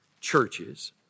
churches